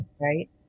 Right